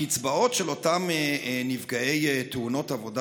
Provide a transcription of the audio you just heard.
הקצבאות של אותם נפגעי תאונות עבודה